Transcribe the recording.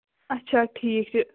اَچھا ٹھیٖک یہِ